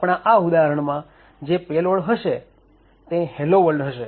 આપણા આ ઉદાહરણમાં જે પેલોડ હશે તે હેલો વર્લ્ડ હશે